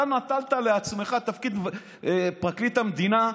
אתה נטלת לעצמך את תפקיד פרקליט המדינה,